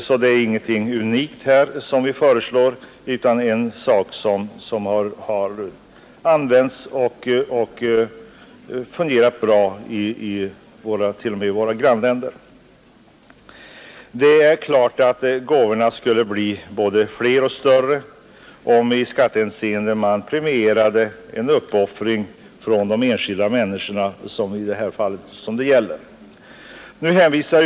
Det är alltså ingenting unikt vi föreslår, utan något som används och fungerar bra bl.a. i våra grannländer. Det är klart att gåvorna skulle bli både fler och större om man i skattehänseende premierade en uppoffring från de enskilda människorna, som det här gäller.